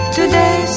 Today